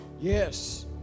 Yes